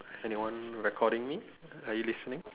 anyone recording me are you listening